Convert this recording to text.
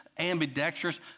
ambidextrous